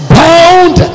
bound